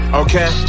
okay